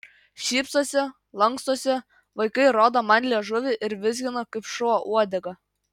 šypsosi lankstosi vaikai rodo man liežuvį ir vizgina kaip šuo uodegą